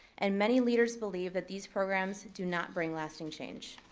and many leaders believe that these programs do not bring lasting change.